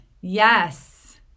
Yes